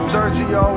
Sergio